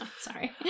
sorry